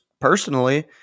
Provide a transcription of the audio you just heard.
personally